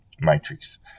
matrix